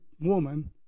woman